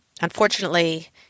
unfortunately